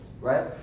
right